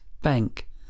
bank